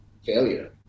failure